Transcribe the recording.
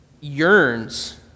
yearns